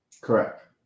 Correct